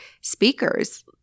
speakers